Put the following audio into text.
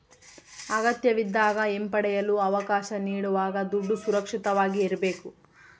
ಅಗತ್ಯವಿದ್ದಾಗ ಹಿಂಪಡೆಯಲು ಅವಕಾಶ ನೀಡುವಾಗ ದುಡ್ಡು ಸುರಕ್ಷಿತವಾಗಿ ಇರ್ಬೇಕು